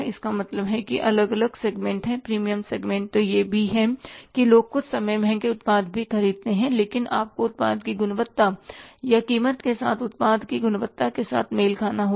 इसका मतलब है कि अलग अलग सेगमेंट हैं प्रीमियम सेगमेंट यह भी है कि लोग कुछ समय महंगे उत्पाद भी खरीदते हैं लेकिन आपको उत्पाद की गुणवत्ता या कीमत के साथ उत्पाद की गुणवत्ता के साथ मेल खाना होगा